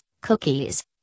cookies